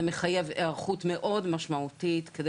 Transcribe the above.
זה מחייב היערכות מאוד משמעותית כדי